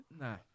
nah